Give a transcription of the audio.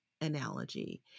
analogy